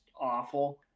awful